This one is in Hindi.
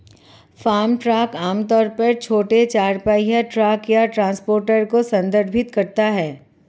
फार्म ट्रक आम तौर पर छोटे चार पहिया ट्रक या ट्रांसपोर्टर को संदर्भित करता है